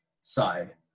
side